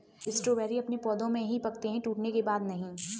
strawberry अपने पौधे में ही पकते है टूटने के बाद नहीं